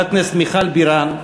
חברת הכנסת מיכל בירן,